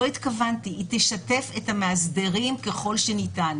היא תשתף את המאסדרים ככל שניתן.